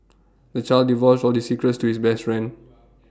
the child divulged all his secrets to his best friend